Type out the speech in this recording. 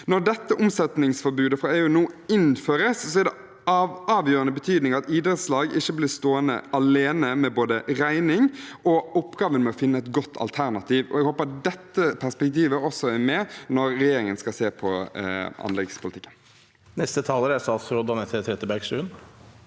Når dette omsetningsforbudet fra EU nå innføres, er det av avgjørende betydning at idrettslag ikke blir stående alene med både regningen og oppgaven med å finne et godt alternativ. Jeg håper dette perspektivet også er med når regjeringen skal se på anleggspolitikken. Statsråd Anette Trettebergstuen